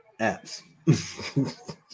apps